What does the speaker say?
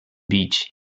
beach